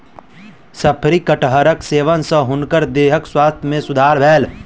शफरी कटहरक सेवन सॅ हुनकर देहक स्वास्थ्य में सुधार भेल